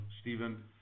Stephen